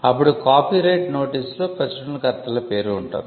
అప్పుడు కాపీరైట్ నోటీసులో ప్రచురణకర్తల పేరు ఉంటుంది